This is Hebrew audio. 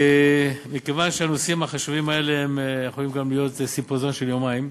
מכיוון שהנושאים החשובים האלה יכולים להיות גם סימפוזיון של יומיים,